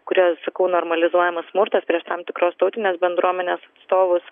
kuria aš sakau normalizuojamas smurtas prieš tam tikros tautinės bendruomenės atstovus